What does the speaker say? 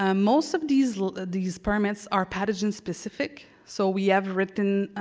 um most of these like these permits are pathogen specific, so we have written